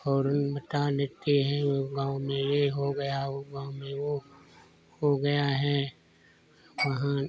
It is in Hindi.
फौरन बता देती है ओ गाँव में यह हो गया ओ गाँव में वह हो गया है वहाँ